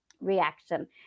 reaction